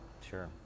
Sure